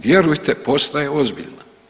Vjerujte postaje ozbiljna.